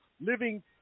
living